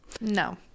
no